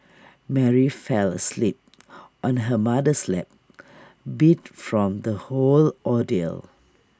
Mary fell asleep on her mother's lap beat from the whole ordeal